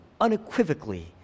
unequivocally